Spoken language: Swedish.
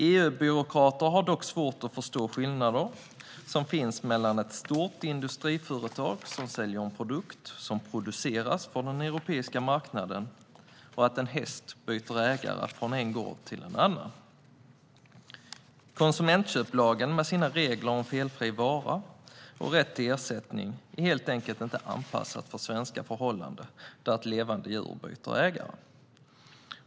EU-byråkrater har dock svårt att förstå de skillnader som finns mellan att ett stort industriföretag som säljer en produkt som producerats för den europeiska marknaden och att en häst byter ägare från en gård till en annan. Konsumentköplagen med sina regler om felfri vara och rätt till ersättning är helt enkelt inte anpassad för svenska förhållanden där ett levande djur byter ägare.